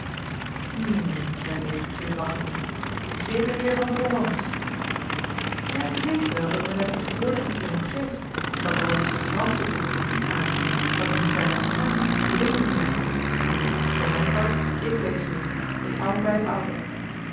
hm zeide ik glimlachende die zedeleer van de romans ja ik weet wel dat men daar tegenwoordig niet meer om geeft en dat althans de fransche boeken van dien aard zijn dat men zich bijna schaamt die gelezen te hebben nu voor mijn part ik lees ze niet ik hou mij bij t oude